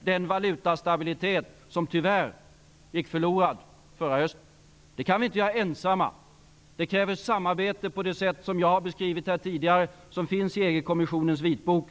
den valutastabilitet som, tyvärr, gick förlorad förra hösten. Det kan vi inte göra ensamma. Det kräver ett samarbete på det sätt som jag har beskrivit här tidigare och som det talas om i EG-kommissionens Vitbok.